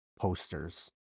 posters